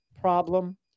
problem